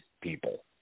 people